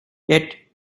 yet